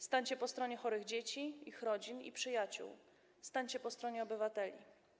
Stańcie po stronie chorych dzieci, ich rodzin i przyjaciół, stańcie po stronie obywateli.